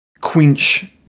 quench